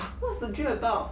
what is the dream about